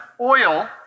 oil